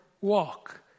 walk